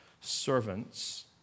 servants